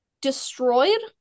destroyed